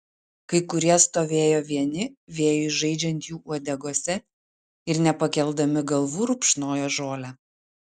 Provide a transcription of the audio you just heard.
kai kurie stovėjo vieni vėjui žaidžiant jų uodegose ir nepakeldami galvų rupšnojo žolę